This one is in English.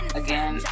again